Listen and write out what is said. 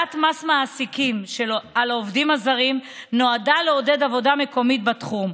הטלת מס מעסיקים על עובדים זרים נועדה לעודד עבודה מקומית בתחום,